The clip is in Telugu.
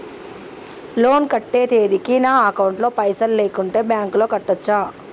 లోన్ కట్టే తేదీకి నా అకౌంట్ లో పైసలు లేకుంటే బ్యాంకులో కట్టచ్చా?